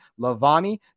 Lavani